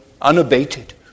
unabated